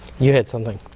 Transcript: you had something.